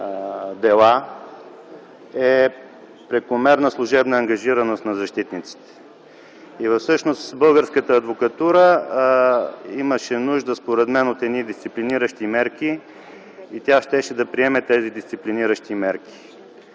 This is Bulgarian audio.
е прекомерната служебна ангажираност на защитниците. Всъщност, българската адвокатура имаше според мен нужда от дисциплиниращи мерки, тя щеше да приеме тези дисциплиниращи мерки.